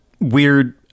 weird